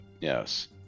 yes